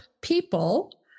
people